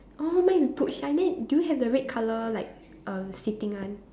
oh mine is boot shine then do you have the red colour like uh sitting one